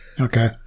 Okay